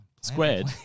Squared